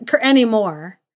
Anymore